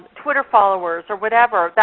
twitter followers, or whatever.